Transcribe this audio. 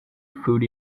food